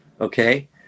okay